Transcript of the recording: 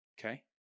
Okay